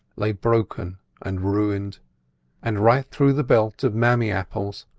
lay broken and ruined and right through the belt of mammee apple,